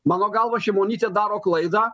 mano galva šimonytė daro klaidą